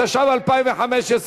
התשע"ו 2015,